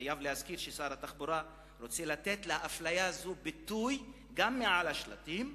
חייבים להזכיר ששר התחבורה רוצה לתת לאפליה הזאת ביטוי גם מעל השלטים.